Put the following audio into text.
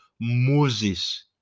Moses